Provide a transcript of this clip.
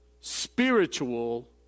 spiritual